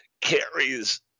carries